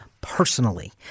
personally